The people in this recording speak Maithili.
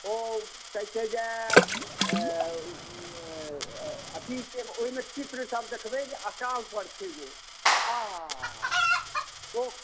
ओ कहै छै जे अथी से ओहिमे चित्रसभ देखबै अकाल पर छै ओ आह हाहा ओह्ह